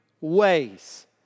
ways